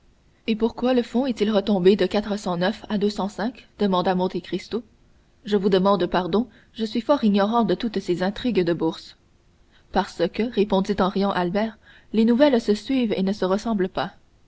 et pourquoi le fonds est-il retombé de quatre cent neuf à deux cent cinq demanda monte cristo je vous demande pardon je suis fort ignorant de toutes ces intrigues de bourse parce que répondit en riant albert les nouvelles se suivent et ne se ressemblent pas